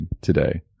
today